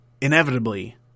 inevitably